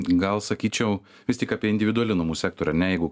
gal sakyčiau vis tik apie individualių namų sektorių ane jeigu